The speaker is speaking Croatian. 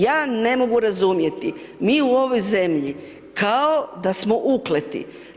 Ja ne mogu razumjeti mi u ovoj zemlji kao da smo ukleti.